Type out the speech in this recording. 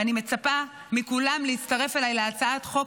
ואני מצפה מכולם להצטרף אליי להצעת החוק